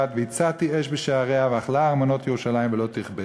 והצתי אש בשעריה ואכלה ארמנות ירושלים ולא תכבה".